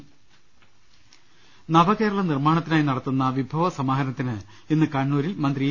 ്്്്്്്് നവകേരള നിർമ്മാണത്തിനായി നടത്തുന്ന വിഭവ സമാഹരണത്തിന് ഇന്ന് കണ്ണൂരിൽ മന്ത്രി ഇ